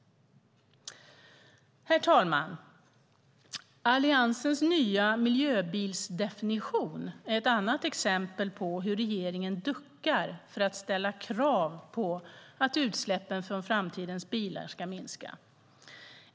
Herr talman! Alliansens nya miljöbilsdefinition är ett annat exempel på hur regeringen duckar för att ställa krav på att utsläppen från framtidens bilar måste vara mindre.